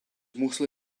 mostly